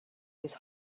his